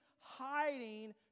hiding